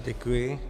Děkuji.